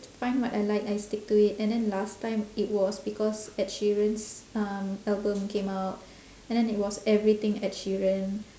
find what I like I stick to it and then last time it was because ed sheeran's um album came out and then it was everything ed sheeran